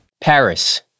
Paris